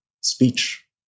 speech